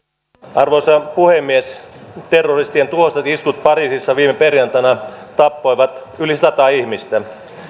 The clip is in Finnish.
arvoisa puhemies terroristien tuhoisat iskut pariisissa viime perjantaina tappoivat yli sata ihmistä